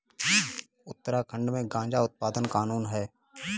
उत्तराखंड में गांजा उत्पादन कानूनी है